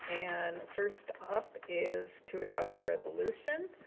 and first up is to adopt a resolution.